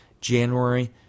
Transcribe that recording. January